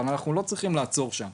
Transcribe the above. אבל אנחנו לא צריכים לעצור שם.